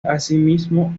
asimismo